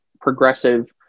progressive